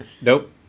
Nope